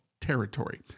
territory